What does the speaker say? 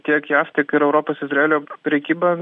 tiek jav tiek ir europos izraelio prekyba